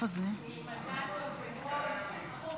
חוק העונשין (תיקון